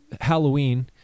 Halloween